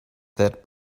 that